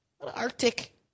arctic